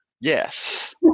Yes